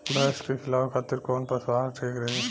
भैंस के खिलावे खातिर कोवन पशु आहार ठीक रही?